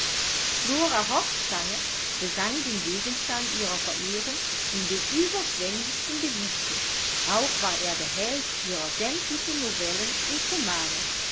flora hopfstange besang den gegenstand ihrer verehrung in den überschwenglichsten gedichten auch war er der held ihrer sämtlichen novellen und romane